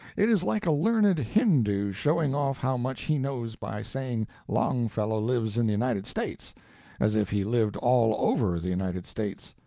it is like a learned hindoo showing off how much he knows by saying longfellow lives in the united states as if he lived all over the united states,